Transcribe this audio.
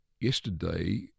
yesterday